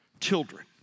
Children